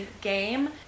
game